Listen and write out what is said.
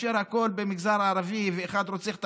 כאשר הכול במגזר הערבי ואחד רוצח את